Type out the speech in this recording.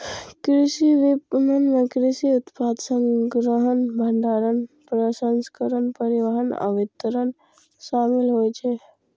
कृषि विपणन मे कृषि उत्पाद संग्रहण, भंडारण, प्रसंस्करण, परिवहन आ वितरण शामिल होइ छै